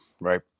right